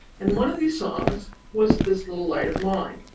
and one of these songs was this little light of mine.